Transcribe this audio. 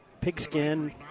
pigskin